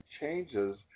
changes